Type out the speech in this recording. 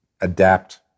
adapt